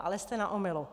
Ale jste na omylu!